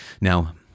Now